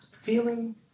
feeling